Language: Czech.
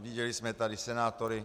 Viděli jsme tady senátory.